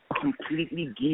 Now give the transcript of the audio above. completely